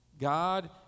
God